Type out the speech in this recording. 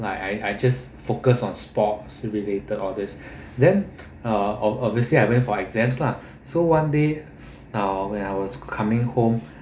I I just focus on sports related all this then uh obviously I went for exams lah so one day uh when I was coming home